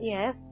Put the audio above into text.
Yes